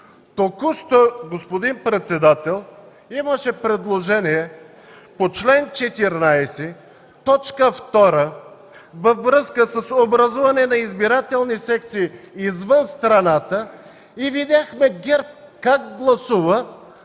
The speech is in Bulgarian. Току-що, господин председател, имаше предложение по чл. 14, т. 2 във връзка с образуване на избирателни секции извън страната и видяхме ГЕРБ как гласува,